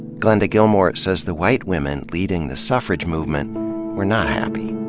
glenda gilmore says the white women leading the suffrage movement were not happy.